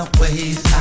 ways